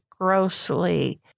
grossly